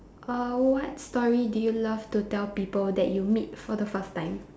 uh what story did you love to tell people that you meet for the first time